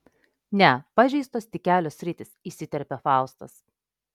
ne pažeistos tik kelios sritys įsiterpė faustas